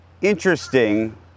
interesting